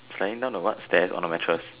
flying down the what stairs on the mattress